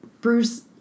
Bruce